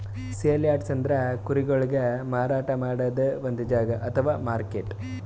sale yards ಅಂದ್ರ ಕುರಿಗೊಳಿಗ್ ಮಾರಾಟ್ ಮಾಡದ್ದ್ ಒಂದ್ ಜಾಗಾ ಅಥವಾ ಮಾರ್ಕೆಟ್